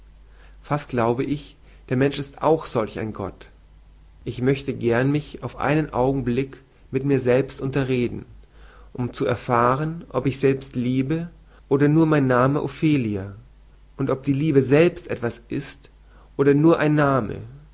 fast glaube ich der mensch ist auch solch ein gott ich möchte gern mich auf einen augenblick mit mir selbst unterreden um zu erfahren ob ich selbst liebe oder nur mein name ophelia und ob die liebe selbst etwas ist oder nur ein name